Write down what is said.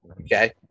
Okay